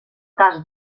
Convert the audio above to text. cas